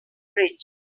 bridge